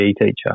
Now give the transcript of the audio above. teacher